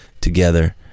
together